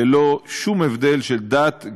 ללא שום הבדל של דת,